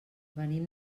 venim